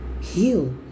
heal